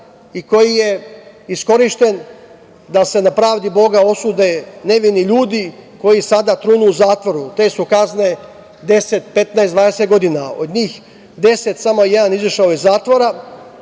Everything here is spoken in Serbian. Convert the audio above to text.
i koji je iskorišćen da se na pravdi Boga osude nevini ljudi koji sada trunu u zatvoru. Te su kazne 10, 15, 20 godina. Od njih 10, samo jedan je izašao iz zatvora,